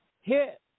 Hit